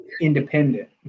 independent